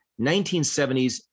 1970s